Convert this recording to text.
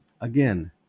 Again